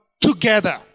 together